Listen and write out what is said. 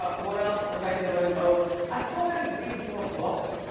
ah what else was i doing over? i thought i'd read more books,